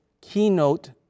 keynote